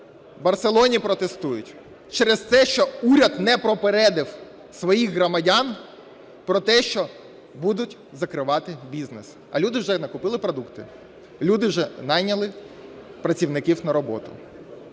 Барселоні протестують через те, що уряд не попередив своїх громадян про те, що будуть закривати бізнес. А люди вже накупили продукти, люди вже найняли працівників на роботу.